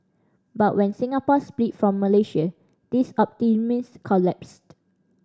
but when Singapore split from Malaysia this optimism collapsed